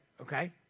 okay